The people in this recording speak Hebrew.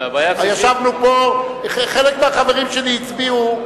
ישבנו פה, חלק מהחברים שלי הצביעו,